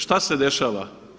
Šta se dešava?